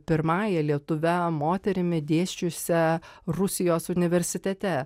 pirmąja lietuve moterimi dėsčiusia rusijos universitete